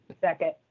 Second